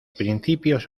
principios